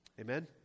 Amen